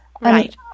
Right